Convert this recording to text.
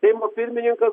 seimo pirmininkas